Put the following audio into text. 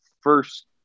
First